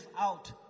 out